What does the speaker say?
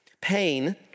pain